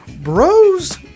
bros